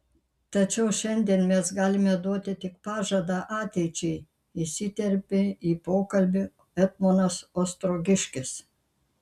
tačiau šiandien mes galime duoti tik pažadą ateičiai įsiterpė į pokalbį etmonas ostrogiškis